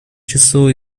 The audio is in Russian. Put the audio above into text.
число